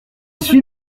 suis